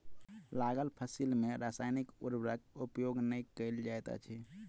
लागल फसिल में रासायनिक उर्वरक उपयोग नै कयल जाइत अछि